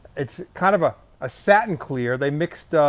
it's kind of a ah satin clear. they mixed,